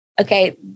okay